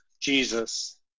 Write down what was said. Jesus